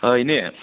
ꯏꯅꯦ